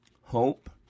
hope